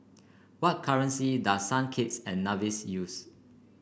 what currency does Saint Kitts and Nevis use